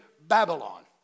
Babylon